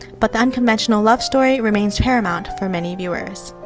but the unconventional love story remains paramount for many viewers.